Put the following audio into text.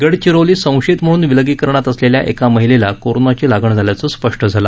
गडचिरोलीत आज संशयित म्हणून विलगीकरणात असलेल्या एका महिलेला कोरोनाची लागण झाल्याचं स्पष्ट झालं